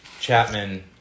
Chapman